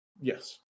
Yes